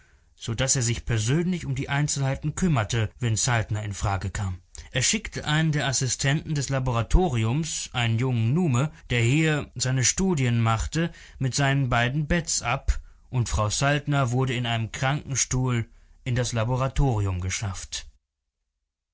so daß er sich persönlich um die einzelheiten kümmerte wenn saltner in frage kam er schickte einen der assistenten des laboratoriums einen jungen nume der hier seine studien machte mit seinen beiden beds ab und frau saltner wurde in einem krankenstuhl in das laboratorium geschafft